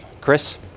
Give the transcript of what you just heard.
Chris